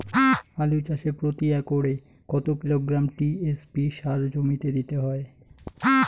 আলু চাষে প্রতি একরে কত কিলোগ্রাম টি.এস.পি সার জমিতে দিতে হয়?